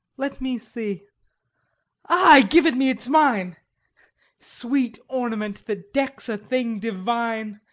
let me see ay, give it me, it's mine sweet ornament that decks a thing divine!